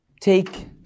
take